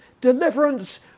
deliverance